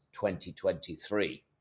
2023